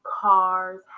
Cars